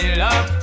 love